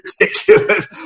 ridiculous